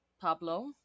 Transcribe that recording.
Pablo